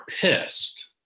pissed